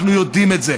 אנחנו יודעים את זה.